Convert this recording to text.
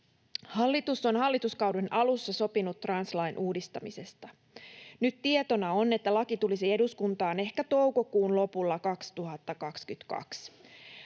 Hallitus on hallituskauden alussa sopinut translain uudistamisesta. Nyt tietona on, että laki tulisi eduskuntaan ehkä toukokuun lopulla 2022.